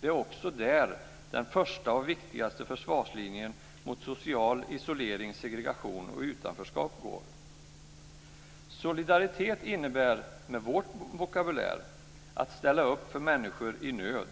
Det är också där som den första och viktigaste försvarslinjen mot social isolering, segregation och utanförskap går. Solidaritet innebär, med vår vokabulär, att ställa upp för människor i nöd.